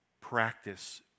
practice